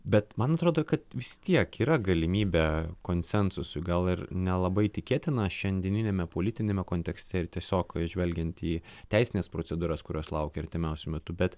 bet man atrodo kad vis tiek yra galimybė konsensusui gal ir nelabai tikėtina šiandieniniame politiniame kontekste ir tiesiog žvelgiant į teisines procedūras kurios laukia artimiausiu metu bet